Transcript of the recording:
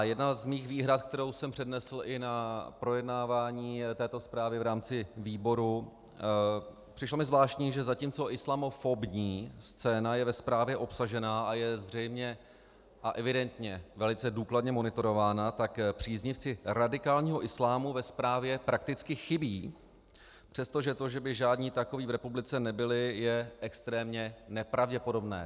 Jedna z mých výhrad, kterou jsem přednesl i na projednávání této zprávy v rámci výboru, přišlo mi zvláštní, že zatímco islamofobní scéna je ve zprávě obsažena a je zřejmě a evidentně velice důkladně monitorována, tak příznivci radikálního islámu ve zprávě prakticky chybí, přestože to, že by žádní takoví v republice nebyli, je extrémně nepravděpodobné.